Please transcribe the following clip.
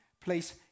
place